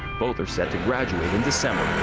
both are set to graduate in december.